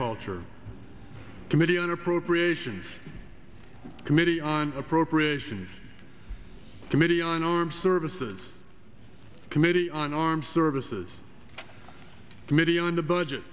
agriculture committee on appropriations committee on appropriations committee on armed services committee on armed services committee on the budget